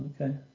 okay